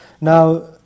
now